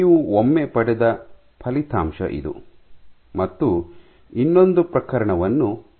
ನೀವು ಒಮ್ಮೆ ಪಡೆದ ಫಲಿತಾಂಶ ಇದು ಮತ್ತು ಇನ್ನೊಂದು ಪ್ರಕರಣವನ್ನು ಚಿತ್ರಿಸೋಣ